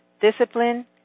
discipline